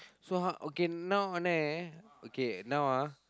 so how okay now அண்ணன்:annan okay now ah